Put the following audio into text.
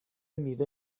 میوه